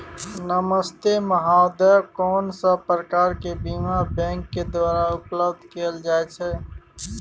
नमस्ते महोदय, कोन सब प्रकार के बीमा बैंक के द्वारा उपलब्ध कैल जाए छै?